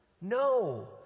No